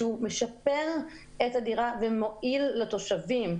שהוא משפר את הדירה ומועיל לתושבים.